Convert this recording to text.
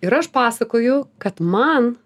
ir aš pasakoju kad man